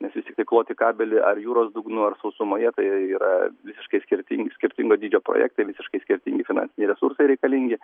nes vis tik tai kloti kabelį ar jūros dugnu ar sausumoje tai yra visiškai skirtingi skirtingo dydžio projektai visiškai skirtingi finansiniai resursai reikalingi